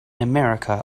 america